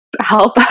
help